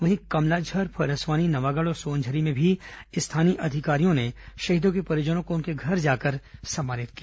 वहीं कमलाझर फरसवानी नवागढ़ और सोनसरी में भी स्थानीय अधिकारियों ने शहीदों के परिजनों को उनके घर जाकर सम्मानित किया